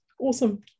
Awesome